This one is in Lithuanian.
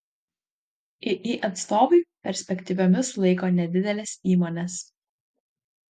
iį atstovai perspektyviomis laiko nedideles įmones